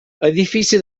edifici